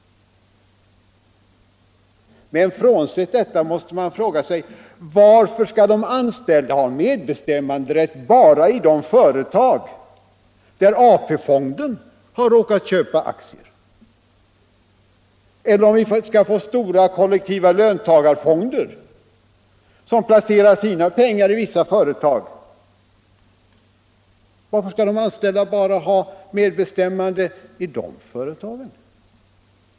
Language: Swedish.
Men frånsett detta måste man fråga: Varför skall de anställda ha medbestämmanderätt bara i de företag där AP-fonden råkat köpa aktier? Eller om vi skall få stora kollektiva löntagarfonder, som placerar sina pengar i vissa företag: Varför skall de anställda bara ha medbestämmande i de företagen?